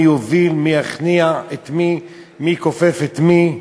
מי יוביל, מי יכניע את מי, מי כופף את מי,